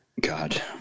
God